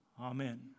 Amen